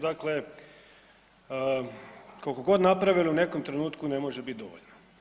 Dakle, koliko god napravili u nekom trenutku, ne može biti dovoljno.